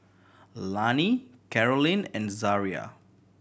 Lani Carolynn and Zaria